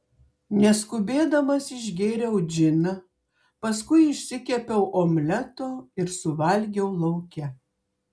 neskubėdamas išgėriau džiną paskui išsikepiau omleto ir suvalgiau lauke